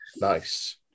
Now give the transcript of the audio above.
Nice